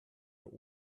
der